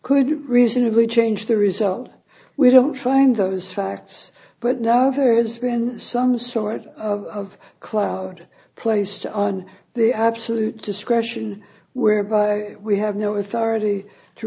could reasonably change the result we don't find those facts but now there's been some sort of cloud placed on the absolute discretion whereby we have no authority to